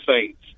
Saints